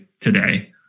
today